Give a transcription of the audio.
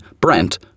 Brent